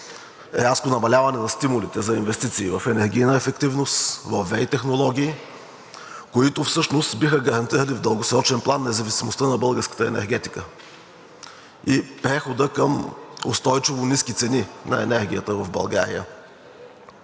рязко намаляване на стимулите за инвестиции в енергийна ефективност, във ВЕИ технологии, които всъщност биха гарантирали в дългосрочен план независимостта на българската енергетика и прехода към устойчиво ниски цени на енергията в България.